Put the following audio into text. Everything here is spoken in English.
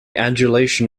adulation